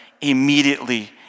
immediately